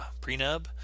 prenub